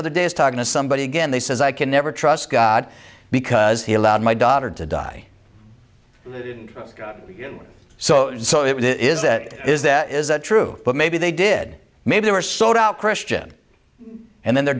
other day is talking to somebody again they says i can never trust god because he allowed my daughter to die so so it is that is that is that true but maybe they did maybe they were sold out christian and then their